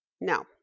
No